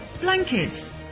Blankets